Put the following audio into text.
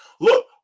Look